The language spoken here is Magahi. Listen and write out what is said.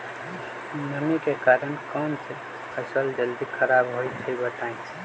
नमी के कारन कौन स फसल जल्दी खराब होई छई बताई?